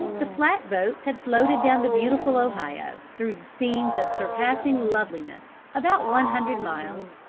the flat boats had floated down the beautiful ohio, through scenes of surpassing loveliness, about one hundred miles,